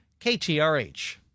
KTRH